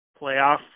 playoff